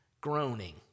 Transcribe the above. groaning